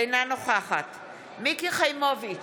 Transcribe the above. אינה נוכחת מיקי חיימוביץ'